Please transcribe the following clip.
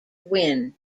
win